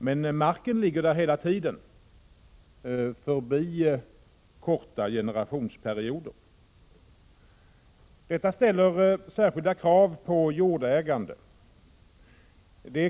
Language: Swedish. Men marken ligger hela tiden där, över korta generationsperioder. Detta ställer särskilda krav på jordägande.